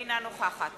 אינה נוכחת